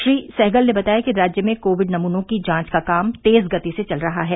श्री सहगल ने बताया कि राज्य में कोविड नमूनों की जांच का काम तेज गति से चल रहा है